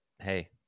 Hey